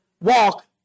walk